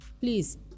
Please